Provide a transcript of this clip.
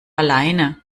alleine